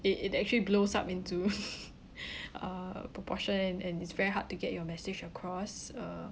it it actually blows up into uh proportion and it's very hard to get your message across uh